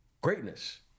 greatness